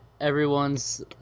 everyone's